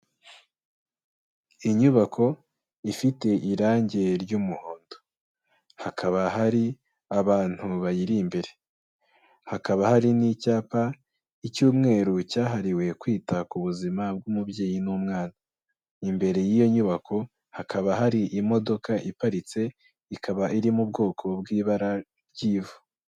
Inyubako ifite irangi ry'umuhondo, hakaba hari abantu bayiri imbere, hakaba hari n'icyapa, icy'umweru cyahariwe kwita ku buzima bw'umubyeyi n'umwana, imbere y'iyo nyubako hakaba hari imodoka iparitse ikaba iri mu bwoko bw'ibara ry'ivu.